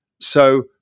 So-